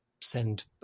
send